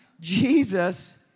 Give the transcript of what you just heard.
Jesus